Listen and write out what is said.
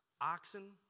Oxen